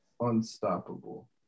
unstoppable